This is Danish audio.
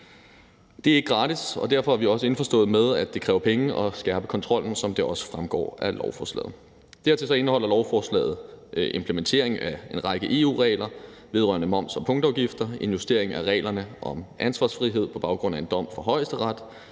Det er ikke gratis, og derfor er vi også indforståede med, at det kræver penge at skærpe kontrollen, som det også fremgår af lovforslaget. Dertil indeholder lovforslaget en implementering af en række EU-regler vedrørende moms og punktafgifter, en justering af reglerne om ansvarsfrihed på baggrund af en dom fra Højesteret,